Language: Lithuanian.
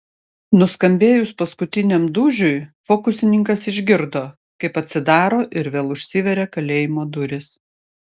nuskambėjus paskutiniam dūžiui fokusininkas išgirdo kaip atsidaro ir vėl užsiveria kalėjimo durys